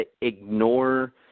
ignore